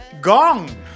Gong